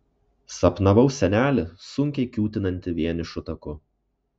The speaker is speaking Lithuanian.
sapnavau senelį sunkiai kiūtinantį vienišu taku